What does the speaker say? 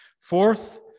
Fourth